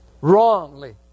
Wrongly